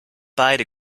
beide